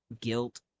Guilt